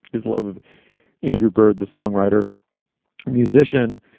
his love of andrew bird, the songwriter musician.